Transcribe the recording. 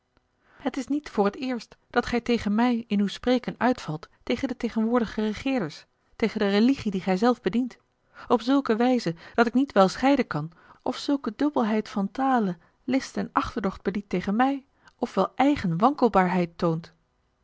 het is niet voor het eerst dat gij tegen mij in uw spreken uitvalt tegen de tegenwoordige regeerders tegen de religie die gij zelf bedient op zulke wijze dat ik niet wel scheiden kan of zulke dubbelheid van tale list en achterdocht bediedt tegen mij of wel eigen wankelbaarheid toont